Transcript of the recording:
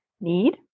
need